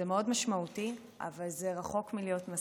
זה מאוד משמעותי, אבל זה רחוק מלהיות מספיק,